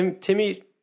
Timmy